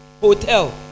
hotel